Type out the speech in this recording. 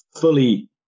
fully